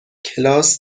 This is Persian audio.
کلاس